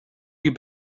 you